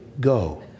go